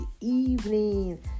evening